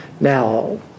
Now